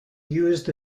used